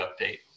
update